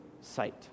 sight